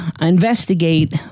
investigate